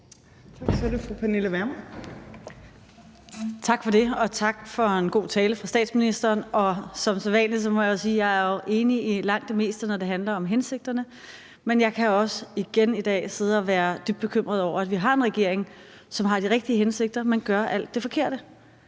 Tak for det, og tak for en god tale fra statsministeren. Som sædvanlig må jeg jo sige, at jeg er enig i langt det meste, når det handler om hensigterne, men at jeg også igen i dag kan sidde og være dybt bekymret over, at vi har en regering, som har de rigtige hensigter, men som gør alt det forkerte.